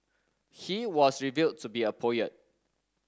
he was revealed to be a poet